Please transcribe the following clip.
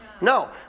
No